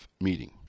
meeting